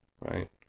Right